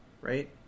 right